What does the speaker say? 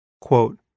quote